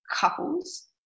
couples